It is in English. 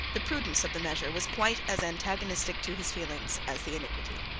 the prudence of the measure was quite as antagonistic to his feelings as the iniquity.